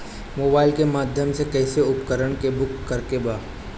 Mobile के माध्यम से कैसे उपकरण के बुक करेके बा?